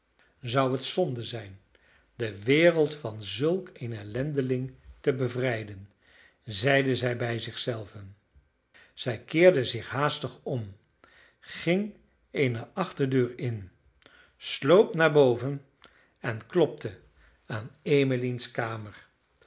zou het zonde zijn de wereld van zulk een ellendeling te bevrijden zeide zij bij zich zelve zij keerde zich haastig om ging eene achterdeur in sloop naar boven en klopte aan emmeline's kamer